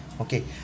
okay